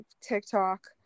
TikTok